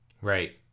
Right